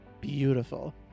Beautiful